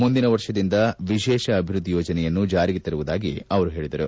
ಮುಂದಿನ ವರ್ಷದಿಂದ ವಿಶೇಷ ಅಭಿವ್ಯದ್ಧಿ ಯೋಜನೆಯನ್ನು ಜಾರಿಗೆ ತರುವುದಾಗಿ ಅವರು ಹೇಳಿದರು